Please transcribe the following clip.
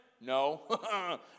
No